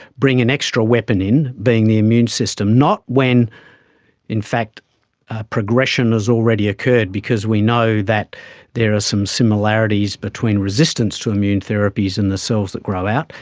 bring an extra weapon in being the immune system, not when in fact progression has already occurred, because we know that there are some similarities between resistance to immune therapies and the cells that grow out.